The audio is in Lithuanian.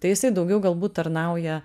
tai jisai daugiau galbūt tarnauja